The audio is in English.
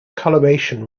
coloration